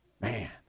Man